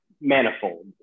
manifold